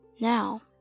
Now